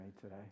today